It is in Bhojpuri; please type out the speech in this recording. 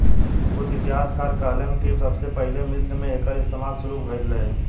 कुछ इतिहासकार कहेलेन कि सबसे पहिले मिस्र मे एकर इस्तमाल शुरू भईल रहे